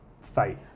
Faith